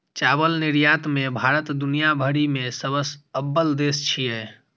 चावल निर्यात मे भारत दुनिया भरि मे सबसं अव्वल देश छियै